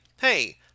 hey